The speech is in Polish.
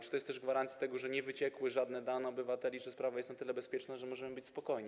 Czy to jest gwarancja tego, że nie wyciekły żadne dane obywateli, że sprawa jest na tyle bezpieczna, że możemy być spokojni?